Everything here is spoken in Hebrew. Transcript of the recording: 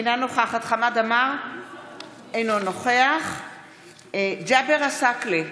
אינה נוכחת חמד עמאר, אינו נוכח ג'אבר עסאקלה,